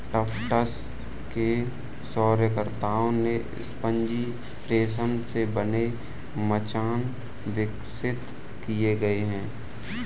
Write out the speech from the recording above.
Tufts के शोधकर्ताओं ने स्पंजी रेशम से बने मचान विकसित किए हैं